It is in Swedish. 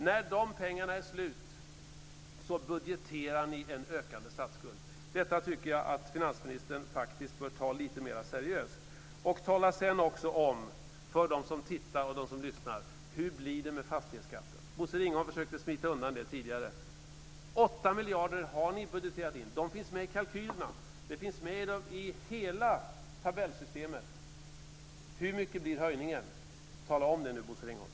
När de pengarna är slut budgeterar ni en ökande statsskuld. Detta tycker jag att finansministern faktiskt bör ta lite mer seriöst. Och tala sedan också om, för dem som tittar och dem som lyssnar, hur det blir med fastighetsskatten. Bosse Ringholm försökte smita undan det tidigare. 8 miljarder har ni budgeterat in. De finns med i kalkylerna. De finns med i hela tabellsystemet. Hur mycket blir höjningen? Tala om det nu, Bosse Ringholm.